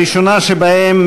הראשונה שבהן,